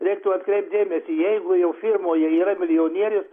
reiktų atkreipt dėmesį jeigu jau firmoje yra milijonierius